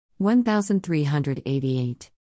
1388